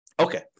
Okay